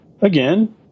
Again